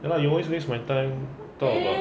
ya lah you always waste my time talk about